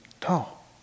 tall